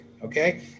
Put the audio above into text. Okay